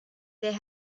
they